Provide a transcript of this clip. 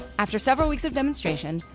after several weeks of demonstrations,